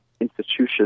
institution